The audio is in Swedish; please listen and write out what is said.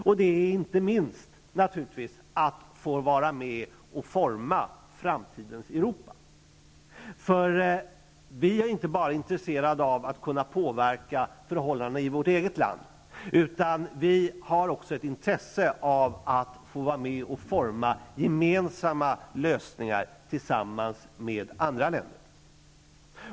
Det är naturligtvis inte minst i vårt intresse att få vara med och forma framtidens Europa. Vi är inte bara intresserade av att kunna påverka förhållandena i vårt eget land. Vi har också ett intresse av att få vara med och forma gemensamma lösningar tillsammans med andra länder.